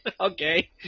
okay